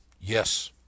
Yes